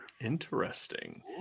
Interesting